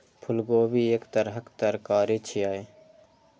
फूलगोभी एक तरहक तरकारी छियै